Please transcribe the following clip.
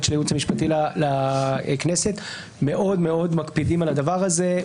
של הייעוץ המשפטי לכנסת מאוד מאוד מקפידים על הדבר הזה,